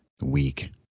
week